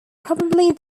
probably